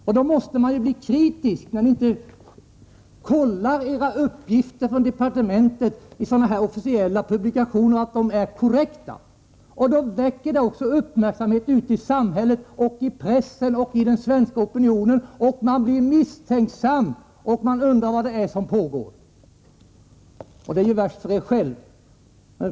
Man måste bli kritisk när ni inte kollar att uppgifterna från departementet i sådana officiella publikationer är korrekta. Det väcker också uppmärksamhet i samhället, i pressen och i den svenska opinionen — man blir misstänksam och undrar vad det är som pågår. Det är värst för er själva.